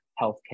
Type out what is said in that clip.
healthcare